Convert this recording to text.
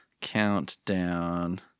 countdown